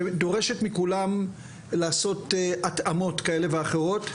שדורשת מכולם לעשות התאמות כאלה ואחרות,